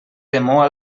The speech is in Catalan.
temor